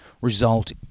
result